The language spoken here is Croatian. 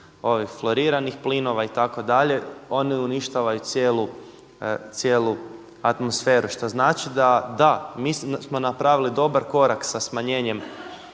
floriranih plinova itd., one uništavaju cijelu atmosferu. Što znači da da, mislim da smo napravili dobar korak sa smanjenjem